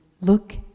Look